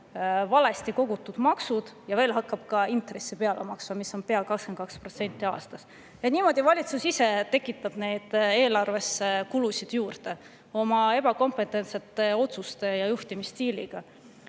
valesti kogutud makse ja hakkab veel ka intressi peale maksma, mis on pea 22% aastas. Ja niimoodi valitsus ise tekitab eelarvesse kulusid juurde oma ebakompetentsete otsuste ja juhtimisstiiliga.